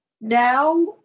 now